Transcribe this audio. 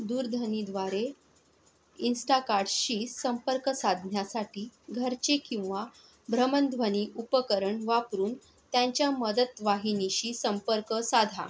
दूरध्वनीद्वारे इन्स्टाकार्टशी संपर्क साधण्यासाठी घरचे किंवा भ्रमणध्वनी उपकरण वापरून त्यांच्या मदतवाहिनीशी संपर्क साधा